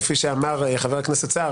כפי שאמר חבר הכנסת סער,